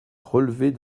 relever